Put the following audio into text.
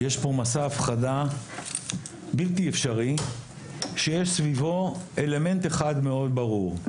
יש פה מסע הפחדה בלתי אפשרי שיש סביבו אלמנט אחד מאוד ברור,